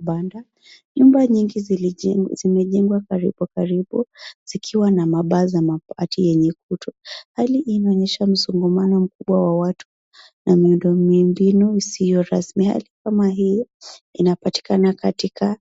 Vibanda. Nyumba nyingi zimejengwa karibu karibu, zikiwa na mapaa za mabati yenye kutu. Hali inaonyesha msongamano mkubwa wa watu na miundombinu isiyo rasmi. Hali kama hii inapatikana katika